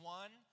one